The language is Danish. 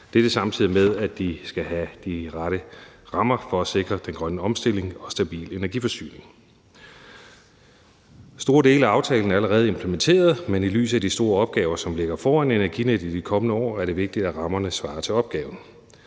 samtidig med at de skal have de rette rammer for at sikre den grønne omstilling og en stabil energiforsyning. Store dele af aftalen er allerede implementeret, men i lyset af de store opgaver, som ligger foran Energinet i de kommende år, er det vigtigt, at rammerne svarer til opgaven.